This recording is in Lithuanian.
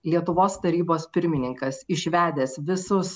lietuvos tarybos pirmininkas išvedęs visus